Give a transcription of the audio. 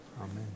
Amen